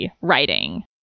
writing